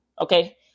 Okay